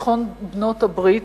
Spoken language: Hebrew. ניצחון בעלות-הברית,